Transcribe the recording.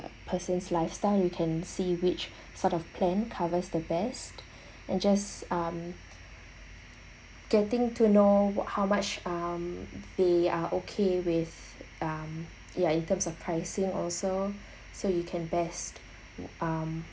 person's lifestyle you can see which sort of plan covers the best and just um getting to know what how much um they are okay with um ya in terms of pricing also so you can best um